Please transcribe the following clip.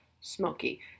smoky